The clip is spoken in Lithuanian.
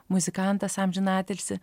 muzikantas amžinatilsį